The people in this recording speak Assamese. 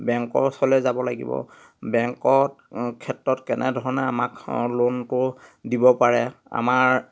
বেংকৰ ওচৰলে যাব লাগিব বেংকৰ ক্ষেত্ৰত কেনেধৰণে আমাক লোনটো দিব পাৰে আমাৰ